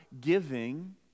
giving